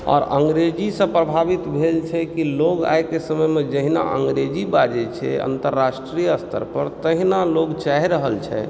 आओर अंग्रजीसॅं प्रभावित भेल छै कि लोक आइके समय मे जहिना अंग्रेजी बाजै छै अन्तर्राष्ट्रीय स्तर पर तहिना लोक चाहि रहल छै